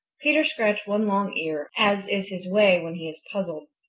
peter scratched one long ear, as is his way when he is puzzled.